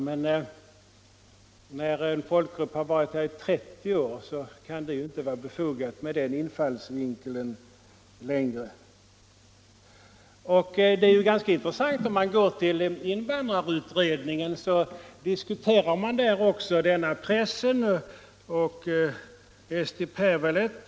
Men när en folkgrupp har varit här i 30 år kan det inte vara befogat med den infallsvinkeln längre. Det är ganska intressant att gå till invandrarutredningen där man också diskuterar denna press, bl.a. Eesti Päevaleht.